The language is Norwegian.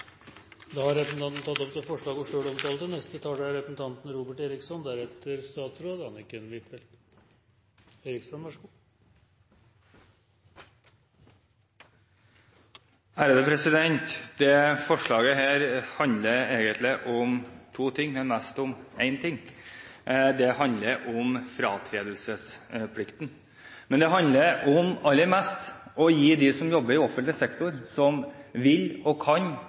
Da har representanten Sylvi Graham tatt opp det forslaget hun refererte til. Dette forslaget handler egentlig om to ting, men mest om én ting. Det handler om fratredelsesplikten. Men det handler aller mest om å gi dem som jobber i offentlig sektor, og som vil og kan